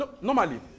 normally